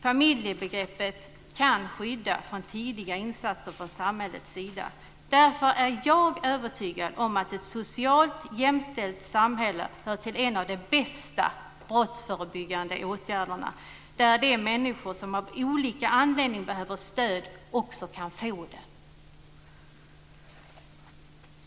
Familjebegreppet kan försvåra tidiga insatser från samhällets sida. Därför är jag övertygad om att ett socialt jämställt samhälle är en av de bästa brottsförebyggande faktorerna. De människor som av olika anledningar behöver stöd kan där också få det.